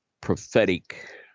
prophetic